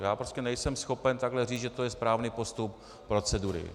Já prostě nejsem schopen takhle říci, že to je správný postup procedury.